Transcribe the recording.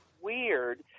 weird